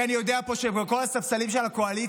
כי אני יודע שבכל הספסלים של הקואליציה